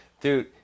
dude